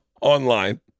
online